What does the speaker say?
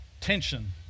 tension